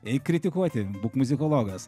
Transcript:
eik kritikuoti būk muzikologas